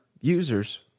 users